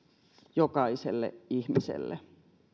jokaiselle ihmiselle